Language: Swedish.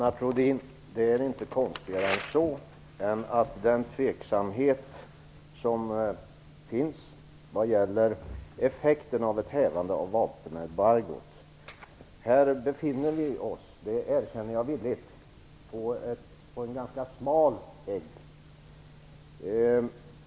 Herr talman! Det handlar om den tveksamhet som finns när det gäller effekten av ett hävande av vapenembargot - konstigare än så är det inte, Lennart Rohdin. Här befinner vi oss - det erkänner jag villigt - på en ganska smal egg.